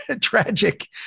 tragic